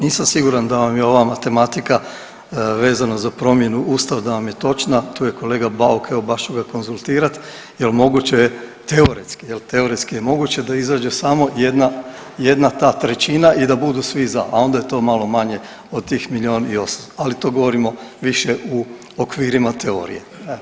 Nisam siguran da vam je ova matematika vezano za promjenu Ustava da vam je točna, tu je kolega Bauk evo baš ću ga konzultirati jel moguće teoretski, jel teoretski je moguće da izađe samo jedna, jedna ta trećina i da budu svi za, a onda je to malo manje od tih milion i 800, ali to govorimo više u okvirima teorije.